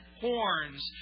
horns